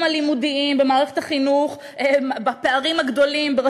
הלימודיים במערכת החינוך ועל הפערים הגדולים בין